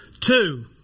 two